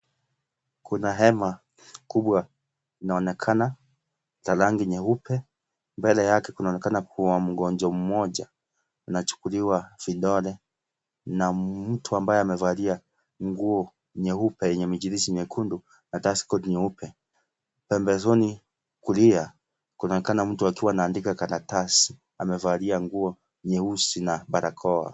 Kuna hema kubwa, inaonekana ya rangi nyeupe. Mbele yake kunaonekana kuwa mgonjwa mmoja anachukuliwa vidole. Ina mutu ambaye amevalia nguo nyeupe yenye michirizi nyekundu na dust cort nyeupe. Pembezoni kulia. Kunaonekana mtu akiwa anaandika karatasi. Amevalia nguo nyeusi na barakoa.